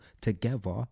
together